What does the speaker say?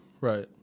Right